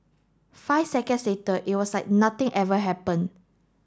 five seconds later it was like nothing ever happened